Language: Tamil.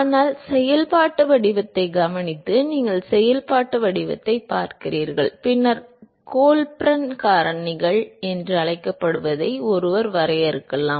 ஆனால் செயல்பாட்டு வடிவத்தை கவனித்து நீங்கள் செயல்பாட்டு வடிவத்தைப் பார்க்கிறீர்கள் பின்னர் கோல்பர்ன் காரணிகள் என்று அழைக்கப்படுவதை ஒருவர் வரையறுக்கலாம்